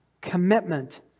commitment